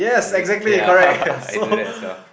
ya I do that as well